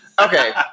Okay